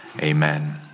Amen